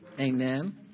amen